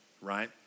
right